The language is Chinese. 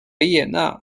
维也纳